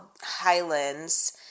Highlands